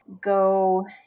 go